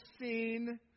seen